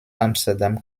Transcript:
amsterdam